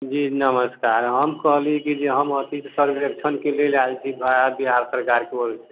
जी नमस्कार हम कहलिए कि जे हम अथिके सर्वेक्षणके लेल आयलछी भारत बिहार सरकारक औरसे